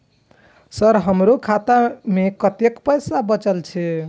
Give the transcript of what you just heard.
Sir हमरो खाता में कतेक पैसा बचल छे?